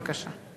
בבקשה.